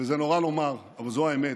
וזה נורא לומר, אבל זו האמת,